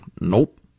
Nope